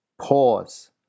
pause